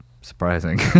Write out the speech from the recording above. surprising